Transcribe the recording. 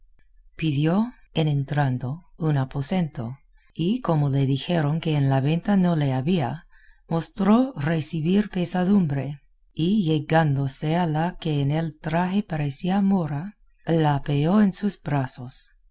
pidió en entrando un aposento y como le dijeron que en la venta no le había mostró recebir pesadumbre y llegándose a la que en el traje parecía mora la apeó en sus brazos